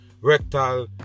rectal